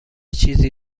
چیزی